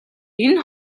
энэ